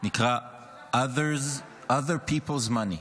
שנקרא Other people's money,